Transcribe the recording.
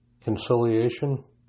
conciliation